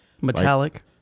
Metallic